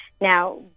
now